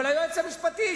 אבל היועץ המשפטי,